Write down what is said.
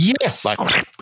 Yes